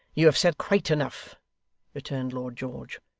you have said quite enough returned lord george,